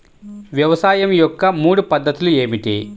వ్యవసాయం యొక్క మూడు పద్ధతులు ఏమిటి?